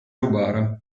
rubare